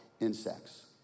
insects